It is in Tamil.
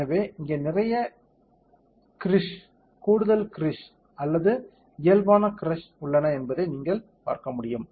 எனவே இங்கே நிறைய கிருஷ்ஸ் கூடுதல் கிருஷ்ஸ் அல்லது இயல்பான கிருஷ்ஸ் உள்ளன என்பதை நீங்கள் பார்க்க முடியும்